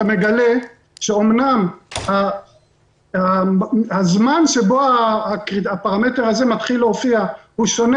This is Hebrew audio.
מגלה שאמנם הזמן שבו הפרמטר הזה מתחיל להופיע הוא שונה